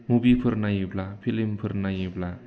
मुभिफोर नायोब्ला फिल्मफोर नायोब्ला